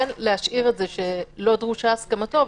כן להשאיר את זה שלא דרושה הסכמתו,